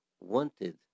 wanted